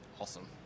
Awesome